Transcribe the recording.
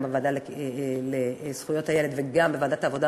גם בוועדה לזכויות הילד וגם בוועדת העבודה,